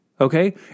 okay